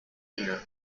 inne